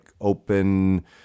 open